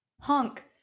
Honk